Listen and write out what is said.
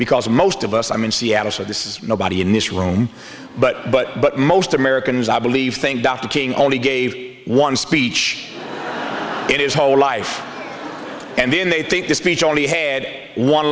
because most of us i'm in seattle so this is nobody in this room but but but most americans i believe think dr king only gave one speech it is whole life and then they think this speech only had one